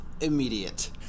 immediate